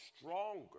stronger